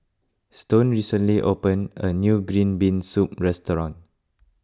Stone recently opened a new Green Bean Soup restaurant